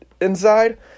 inside